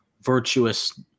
virtuous